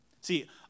See